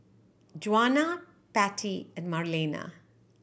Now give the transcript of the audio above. Juana Patti and Marlena